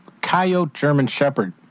coyote-German-Shepherd